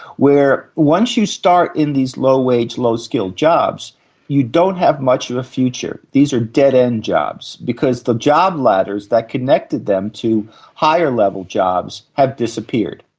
where once you start in these low wage, low skill jobs you don't have much of a future. these are dead-end jobs, because the job ladders that connected them to higher level jobs have disappeared.